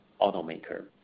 automaker